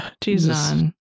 Jesus